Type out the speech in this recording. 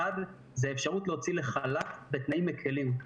אחד, זאת האפשרות להוציא לחל"ת בתנאים מקלים.